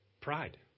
Pride